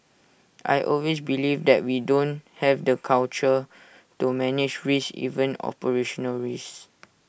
I always believe that we don't have the culture to manage risks even operational rests